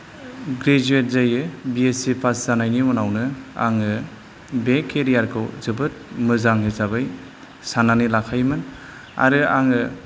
graduate जायो BSc pass जानायनि उनावनो आङो बे केरियार खौ जोबोद मोजां हिसाबै साननानै लाखायोमोन आरो आङो